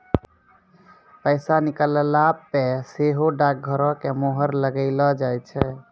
पैसा निकालला पे सेहो डाकघरो के मुहर लगैलो जाय छै